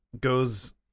goes